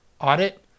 audit